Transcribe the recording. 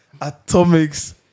atomics